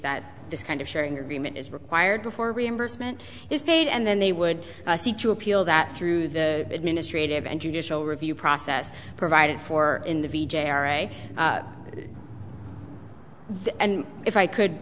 that this kind of sharing agreement is required before reimbursement is paid and then they would seek to appeal that through the administrative and judicial review process provided for in the v j array and if i could